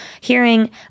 hearing